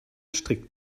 strick